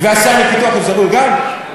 והשר לפיתוח אזורי הוא גם?